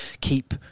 keep